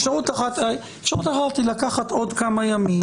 אפשרות אחת היא לקחת עוד כמה ימים,